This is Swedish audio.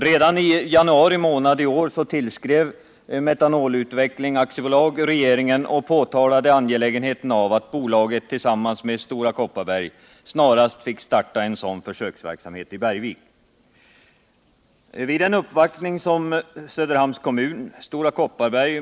Redan i januari månad i år tillskrev Metanolutveckling AB regeringen och pekade på angelägenheten av att bolaget tillsammans med Stora Kopparberg snarast fick starta en sådan försöksverksamhet i Bergvik.